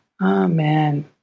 Amen